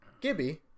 Gibby